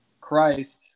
Christ